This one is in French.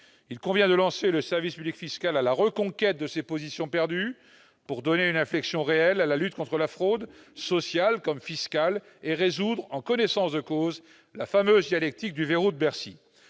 Il convient de lancer le service public fiscal à la reconquête de ses positions perdues pour donner une inflexion réelle à la lutte contre la fraude sociale, comme fiscale, et résoudre, en connaissance de cause, la fameuse dialectique du verrou de Bercy.